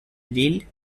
lisle